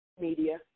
Media